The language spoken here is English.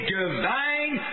divine